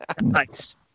Nice